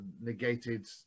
negated